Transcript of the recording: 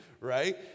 right